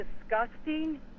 disgusting